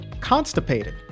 constipated